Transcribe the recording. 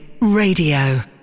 Radio